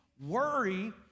worry